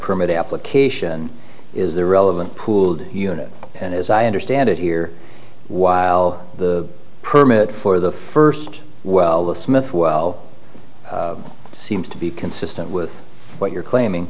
permit application is the relevant pooled unit and as i understand it here while the permit for the first well the smith well seems to be consistent with what you're claiming